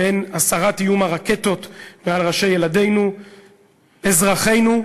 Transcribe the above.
והן: הסרת איום הרקטות מעל ראשי ילדינו, אזרחינו,